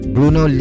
Bruno